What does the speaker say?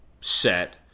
set